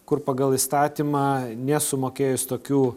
kur pagal įstatymą nesumokėjus tokių